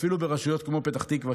אפילו ברשויות כמו פתח תקווה,